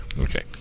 Okay